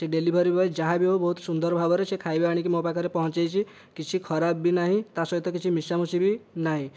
ସେ delivery boy ଯାହାବି ହେଉ ବହୁତ ସୁନ୍ଦର ଭାବରେ ସେ ଖାଇବା ଆଣିକି ସେ ମୋ ପାଖରେ ପହଞ୍ଚାଇଛି କିଛି ଖରାପ ବି ନାହିଁ ତାହା ସହିତ କିଛି ମିଶାମିଶି ବି ନାହିଁ